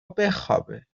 بخوابه